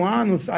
anos